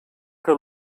que